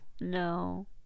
no